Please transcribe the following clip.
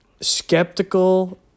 skeptical